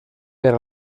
per